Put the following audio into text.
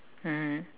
mmhmm